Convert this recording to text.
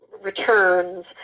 returns